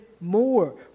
more